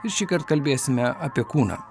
ir šįkart kalbėsime apie kūną